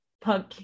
punk